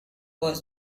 was